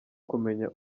kumenya